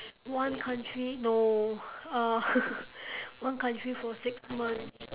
one country no uh one country for six months